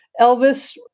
Elvis